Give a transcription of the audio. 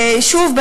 שוב,